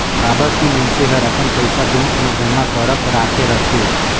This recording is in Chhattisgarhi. काबर की मइनसे हर अपन पइसा बेंक मे जमा करक राखे रथे